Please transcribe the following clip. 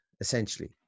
essentially